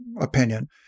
opinion